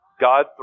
God